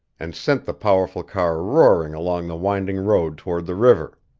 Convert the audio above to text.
and sent the powerful car roaring along the winding road toward the river.